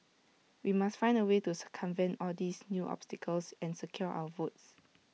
we must find A way to circumvent all these new obstacles and secure our votes